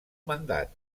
mandat